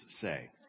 say